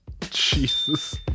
Jesus